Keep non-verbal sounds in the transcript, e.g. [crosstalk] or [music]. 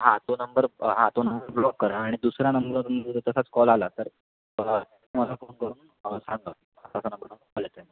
हां तो नंबर हा तो नंबर ब्लॉक करा आणि दुसरा नंबर [unintelligible] तसाच कॉल आला तर मला फोन करून सांगा [unintelligible]